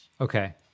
Okay